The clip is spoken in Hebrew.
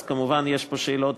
אז כמובן יש פה שאלות,